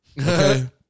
Okay